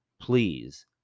please